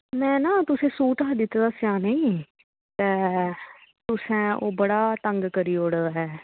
में ना तुसेंगी सूट हा दित्ते दा सेआनै गी ते तुसें ओह् बड़ा तंग करी ओड़दा ऐ